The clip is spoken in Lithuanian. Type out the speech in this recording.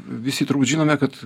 visi turbūt žinome kad